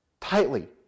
Tightly